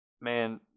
man